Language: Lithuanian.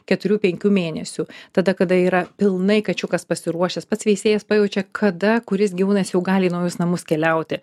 keturių penkių mėnesių tada kada yra pilnai kačiukas pasiruošęs pats veisėjas pajaučia kada kuris gyvūnas jau gali į naujus namus keliauti